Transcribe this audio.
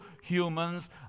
humans